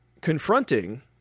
confronting